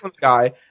guy